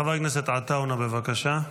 חבר הכנסת עטאונה, בבקשה.